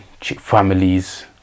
families